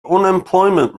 unemployment